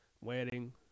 wedding